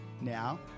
Now